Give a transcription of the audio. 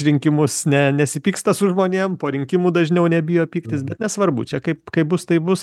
rinkimus ne nesipyksta su žmonėm po rinkimų dažniau nebijo pyktis bet nesvarbu čia kaip kaip bus taip bus